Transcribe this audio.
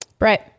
right